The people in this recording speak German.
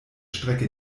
strecke